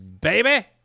baby